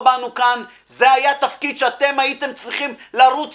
זה היה תפקיד שאתם הייתם צריכים לרוץ